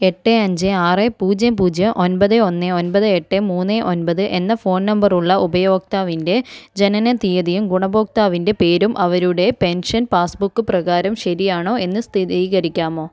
എട്ട് അഞ്ച് ആറ് പൂജ്യം പൂജ്യം ഒൻപത് ഒന്ന് ഒൻപത് എട്ട് മൂന്ന് ഒൻപത് എന്ന ഫോൺ നമ്പറുള്ള ഉപയോക്താവിൻ്റെ ജനനത്തീയതിയും ഗുണഭോക്താവിൻ്റെ പേരും അവരുടെ പെൻഷൻ പാസ്ബുക്ക് പ്രകാരം ശരിയാണോ എന്ന് സ്ഥിതികരിക്കാമോ